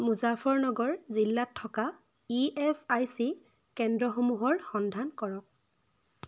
মুজাফৰনগৰ জিলাত থকা E S I C কেন্দ্ৰসমূহৰ সন্ধান কৰক